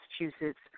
Massachusetts